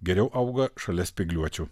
geriau auga šalia spygliuočių